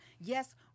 Yes